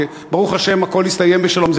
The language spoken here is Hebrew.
וברוך השם הכול הסתיים בשלום.